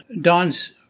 Don's